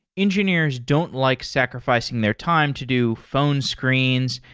engineers don't like sacrificing their time to do phone screens,